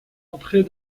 entrer